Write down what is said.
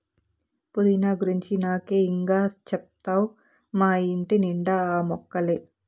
పుదీనా గురించి నాకే ఇం గా చెప్తావ్ మా ఇంటి నిండా ఆ మొక్కలే